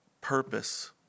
purpose